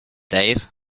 days